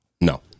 No